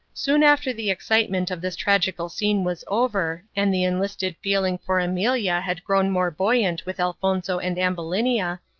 soon after the excitement of this tragical scene was over, and the enlisted feeling for amelia had grown more buoyant with elfonzo and ambulinia,